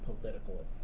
political